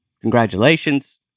Congratulations